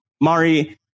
Mari